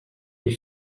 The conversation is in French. est